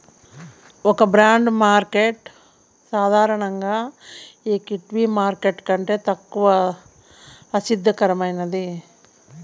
ఒక bond market సాధారణంగా equity market కంటే తక్కువ అస్థిరమైనది